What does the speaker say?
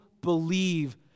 believe